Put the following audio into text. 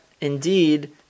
indeed